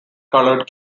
colored